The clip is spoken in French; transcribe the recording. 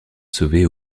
sauvés